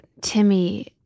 Timmy